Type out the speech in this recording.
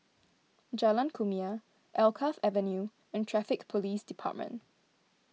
Jalan Kumia Alkaff Avenue and Traffic Police Department